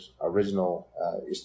original